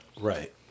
Right